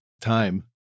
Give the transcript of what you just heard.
time